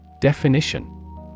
Definition